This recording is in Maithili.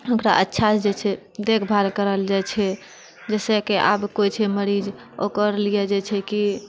आओर ओकरा अच्छासँ जे छै देखभाल करल जाइत छै जैसे कि आब कुछ मरीज ओकर लिए जे छै कि